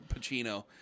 Pacino